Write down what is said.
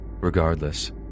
Regardless